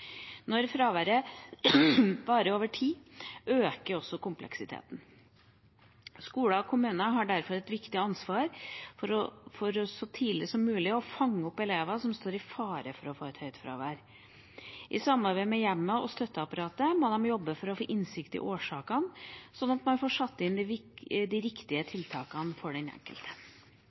Når fraværet varer over tid, øker også kompleksiteten. Skolene og kommunene har derfor et viktig ansvar for så tidlig som mulig å fange opp elever som står i fare for å få et høyt fravær. I samarbeid med hjemmet og støtteapparatet må de jobbe for å få innsikt i årsakene, slik at man får satt inn de riktige tiltakene for den enkelte.